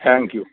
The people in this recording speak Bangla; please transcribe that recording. thank you